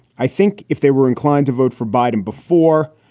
i think if they were inclined to vote for biden before,